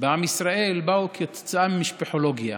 בעם ישראל באו כתוצאה ממשפחתולוגיה,